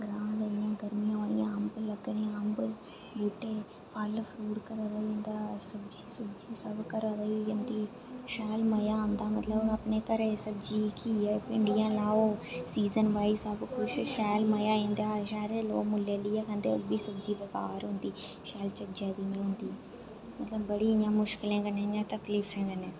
ग्रां च गर्मियां होआ दियां अम्ब लग्गने अम्ब बूहटें फल फ्रूट घरै दा होई जंदा सब्जी सुब्जी सब घरै दी होई जंदी शैल मजा आंदा मतलब अपने घरै दी सब्जी घीए भिंडियां लाओ सीजन बाई सब कुछ शैल मजा आई जंदा शहरे दे लोक मुल्ये लेइये खंदे ओ बी सब्जी बेकार होंदी शैल चज्जे दी नेई होंदी मतलब बड़ी इयां मुशकले कने इयें तकलिफे कने